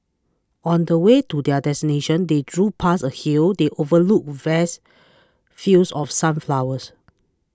on the way to their destination they drove past a hill the overlooked vast fields of sunflowers